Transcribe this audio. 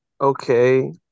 okay